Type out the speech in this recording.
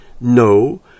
No